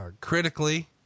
critically